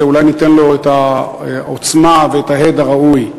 אולי ניתן לו את העוצמה ואת ההד הראוי.